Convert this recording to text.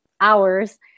hours